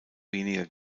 weniger